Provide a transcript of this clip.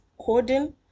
coding